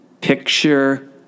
Picture